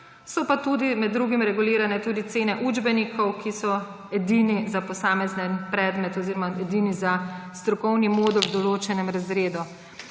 So pa med drugim regulirane tudi cene učbenikov, ki so edini za posamezni predmet oziroma edini za strokovni modul v določenem razredu.